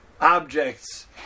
objects